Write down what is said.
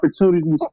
opportunities